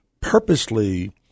purposely